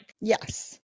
Yes